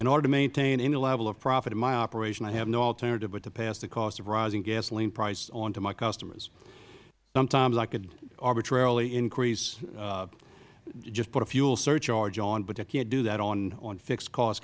in order to maintain any level of profit in my operation i have no alternative but to pass the cost of rising gasoline prices onto my customers sometimes i could arbitrarily increase just put a fuel surcharge on but i cannot do that on fixed cost